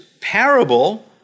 parable